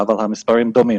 אבל המספרים דומים.